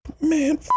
Man